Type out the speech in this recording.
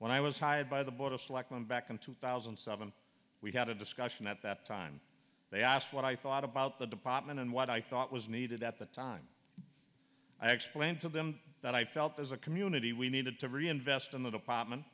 when i was hired by the board of selectmen back in two thousand and seven we had a discussion at that time they asked what i thought about the department and what i thought was needed at the time i explained to them that i felt as a community we needed to reinvest in the department